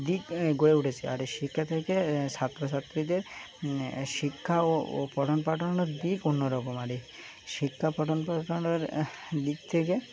দিক গিয়ে উঠেছে আর শিক্ষা থেকে ছাত্রছাত্রীদের শিক্ষা ও ও পঠন পাঠনের দিক অন্য রকম আরই শিক্ষা পঠন পাঠনের দিক থেকে